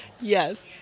yes